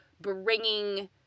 bringing